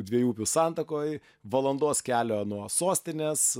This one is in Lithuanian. dviejų upių santakoj valandos kelio nuo sostinės